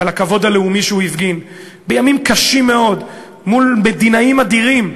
ועל הכבוד הלאומי שהוא הפגין בימים קשים מאוד מול מדינאים אדירים,